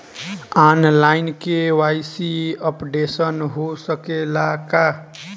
आन line KYC updation हो सकेला का?